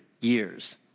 years